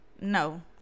No